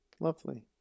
lovely